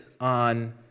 on